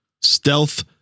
stealth